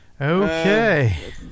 Okay